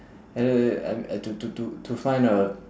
and then then and and to to to to find a